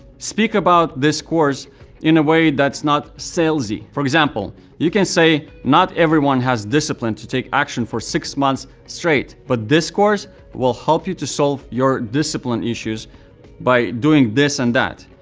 speak about this course in a way that's not salesy. for example, you can say, not everyone has discipline to take action for six months straight, but this course will help you to solve your discipline issues by doing this and that.